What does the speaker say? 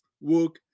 work